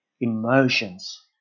emotions